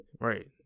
Right